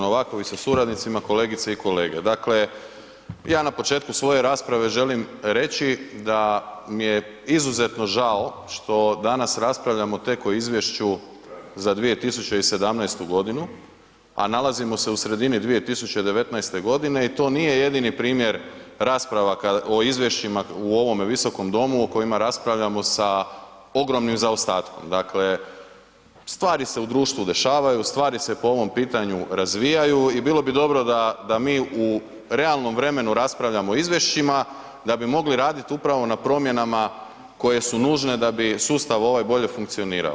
Novaković sa suradnicima, kolegice i kolege, dakle, ja na početku svoje rasprave želim reći da mi je izuzetno žao što danas raspravljamo tek o izvješću za 2017.g., a nalazimo se u sredini 2019.g., i to nije jedini primjer rasprava o izvješćima u ovome Visokom domu u kojima raspravljamo sa ogromnim zaostatkom, dakle, stvari se u društvu dešavaju, stvari se po ovom pitanju razvijaju i bilo bi dobro da mi u realnom vremenu raspravljamo o izvješćima da bi mogli radit upravo na promjenama koje su nužne da bi sustav ovaj bolje funkcionirao.